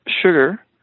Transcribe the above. sugar